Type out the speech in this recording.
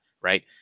right